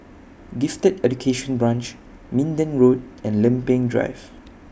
Gifted Education Branch Minden Road and Lempeng Drive